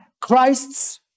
Christ's